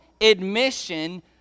admission